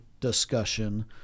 discussion